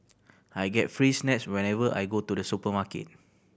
I get free snacks whenever I go to the supermarket